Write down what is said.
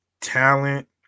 talent